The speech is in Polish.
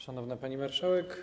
Szanowna Pani Marszałek!